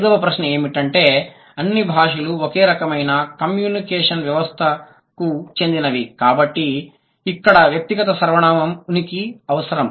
ఐదవ ప్రశ్న ఏమిటంటే అన్ని భాషలు ఒకే రకమైన కమ్యూనికేషన్ వ్యవస్థకు చెందినవి కాబట్టి ఇక్కడ వ్యక్తిగత సర్వనామం ఉనికి అవసరం